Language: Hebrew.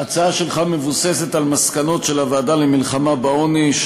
ההצעה שלך מבוססת על מסקנות של הוועדה למלחמה בעוני,